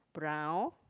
brown